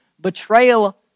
betrayal